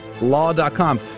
law.com